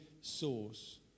source